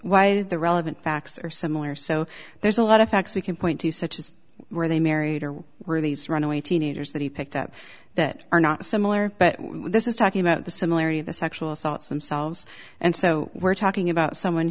why the relevant facts are similar so there's a lot of facts we can point to such as where they married or were these runaway teenagers that he picked up that are not similar but this is talking about the similarity of the sexual assaults themselves and so we're talking about someone